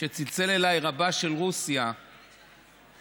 כשצלצל אלי רבה של רוסיה בהתלהבות,